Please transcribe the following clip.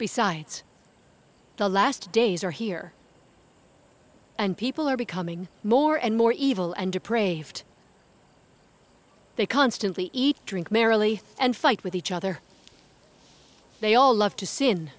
besides the last days are here and people are becoming more and more evil and to pray for they constantly eat drink merrily and fight with each other they all love to